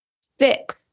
six